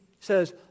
Says